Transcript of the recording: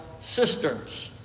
cisterns